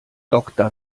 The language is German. doktor